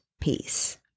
peace